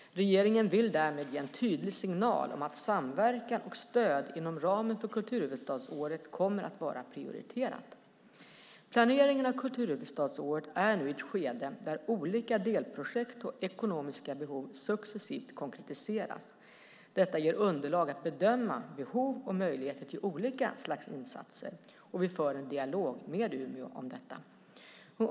Regeringen vill därmed ge en tydlig signal om att samverkan och stöd inom ramen för kulturhuvudstadsåret kommer att vara prioriterat. Planeringen av kulturhuvudstadsåret är nu i ett skede där olika delprojekt och ekonomiska behov successivt konkretiseras. Detta ger underlag att bedöma behov och möjligheter till olika slags insatser. Vi för en dialog med Umeå om detta.